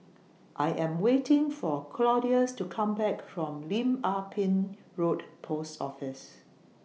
I Am waiting For Claudius to Come Back from Lim Ah Pin Road Post Office